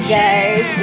guys